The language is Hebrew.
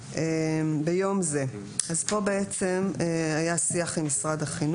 "ביום זה" אז פה בעצם היה שיח עם משרד החינוך.